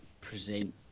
present